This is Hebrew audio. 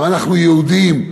אבל אנחנו יהודים,